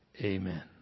Amen